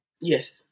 yes